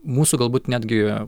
mūsų galbūt netgi